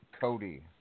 Cody